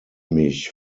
mich